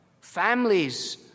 families